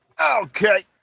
Okay